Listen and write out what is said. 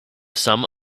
some